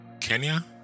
Kenya